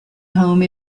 home